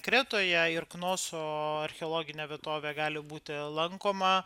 sakykime kretoje ir knoso archeologinė vietovė gali būti lankoma